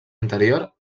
interior